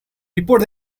report